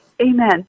Amen